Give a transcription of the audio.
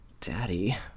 Daddy